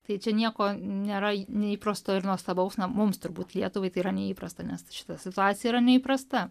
tai čia nieko nėra neįprasto ir nuostabaus na mums turbūt lietuvai tai yra neįprasta nes šita situacija yra neįprasta